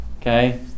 Okay